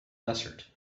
desert